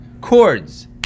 chords